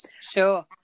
Sure